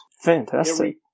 Fantastic